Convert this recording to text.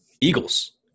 Eagles